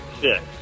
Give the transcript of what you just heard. Six